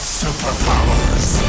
superpowers